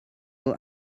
will